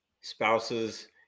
spouses